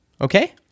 okay